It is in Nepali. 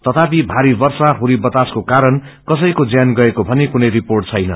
तथापि षारी वर्षा हुरी बतासको कारण कसैको ज्यान गएको भने कुनै रिपोट छैन